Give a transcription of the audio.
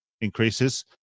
increases